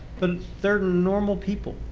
but they're normal people.